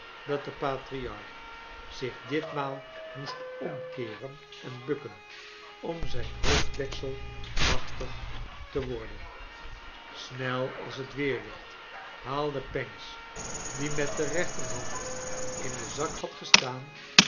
dat de patriarch zich ditmaal moest omkeeren en bukken om zijn hoofddeksel machtig te worden snel als het weerlicht haalde pancks die met de rechterhand in den zak had gestaan